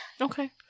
Okay